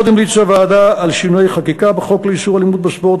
עוד המליצה הוועדה על שינויי חקיקה בחוק לאיסור אלימות בספורט,